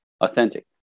Authentic